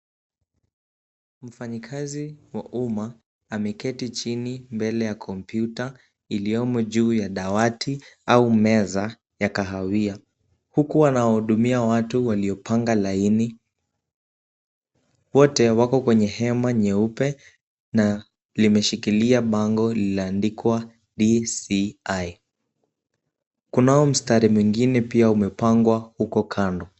Mfanyikazi wa umma ameketi chini mbele ya kompyuta iliyomo juu ya dawati au meza ya kahawia huku anawahudumia watu waliopanga laini . Wote wako kwenye hema nyeupe na limeshikilia bango lililoandikwa DCI. Kunao mstari mwingine pia umepangwa huko kando.